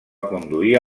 conduir